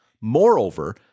Moreover